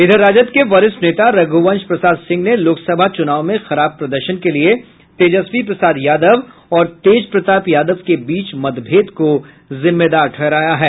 इधर राजद के वरिष्ठ नेता रघ्रवंश प्रसाद सिंह ने लोकसभा चुनाव में खराब प्रदर्शन के लिए तेजस्वी प्रसाद यादव और तेज प्रताप यादव के बीच मतभेद को जिम्मेदार ठहराया है